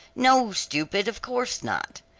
no, stupid, of course not.